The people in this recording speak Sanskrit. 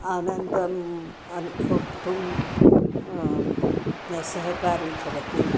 आनन्दम् अनुभोक्तुं सहकारी भवति